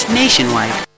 nationwide